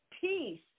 peace